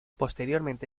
posteriormente